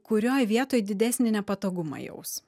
kurioj vietoj didesnį nepatogumą jaus